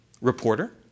reporter